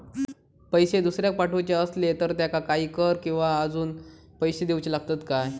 पैशे दुसऱ्याक पाठवूचे आसले तर त्याका काही कर किवा अजून पैशे देऊचे लागतत काय?